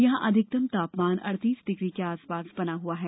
यहां अधिकतम तापमान अड़तीस डिग्री के आसपास बना हआ है